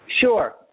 Sure